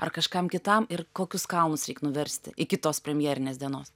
ar kažkam kitam ir kokius kalnus reik nuversti iki tos premjerinės dienos